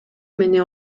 мени